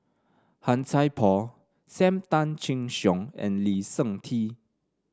Han Sai Por Sam Tan Chin Siong and Lee Seng Tee